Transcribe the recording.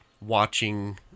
watching